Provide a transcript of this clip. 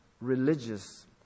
religious